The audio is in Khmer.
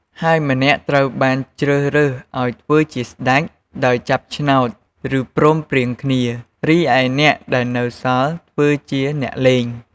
ហើយម្នាក់ត្រូវបានជ្រើសរើសឱ្យធ្វើជា "ស្តេច" ដោយចាប់ឆ្នោត ឬព្រមព្រៀងគ្នា រីឯអ្នកដែលនៅសល់ធ្វើជា "អ្នកលេង"។